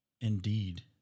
indeed